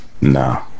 No